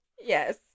Yes